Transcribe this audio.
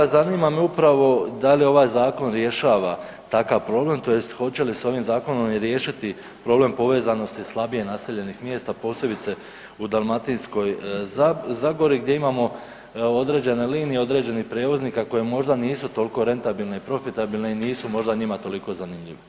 Zanima me upravo da li ovaj Zakon rješava takav problem tj. hoće li s ovim Zakonom riješiti problem povezanosti slabije naseljenih mjesta posebice u Dalmatinskoj zagori gdje imamo određene linije, određene prijevoznika koji možda nisu toliko rentabilne i profitabilne i nisu možda njima toliko zanimljivi?